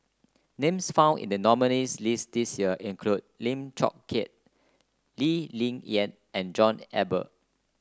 names found in the nominees' list this year include Lim Chong Keat Lee Ling Yen and John Eber